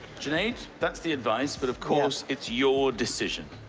junaid, that's the advice, but of course it's your decision.